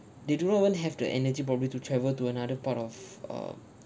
they do not even have the energy probably to travel to another part of um